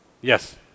Yes